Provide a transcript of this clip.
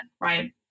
Right